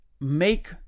make